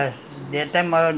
bus lah